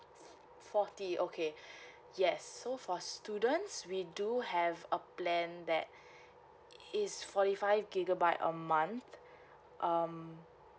forty okay yes so for students we do have a plan that is forty five gigabyte a month um